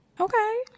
Okay